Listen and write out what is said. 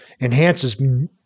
enhances